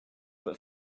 but